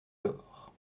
l’or